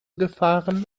gefahren